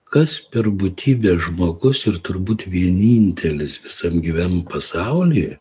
kas per būtybė žmogus ir turbūt vienintelis visam gyvem pasauly